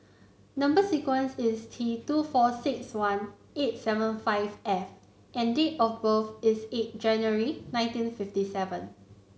number sequence is T two four six one eight seven five F and date of birth is eight January nineteen fifty seven